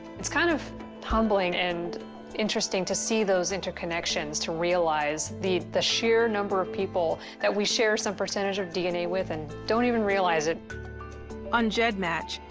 it's kind of humbling and interesting to see those interconnections, to realize the the sheer number of people that we share some percentage of dna with and don't even realize it. narrator on gedmatch,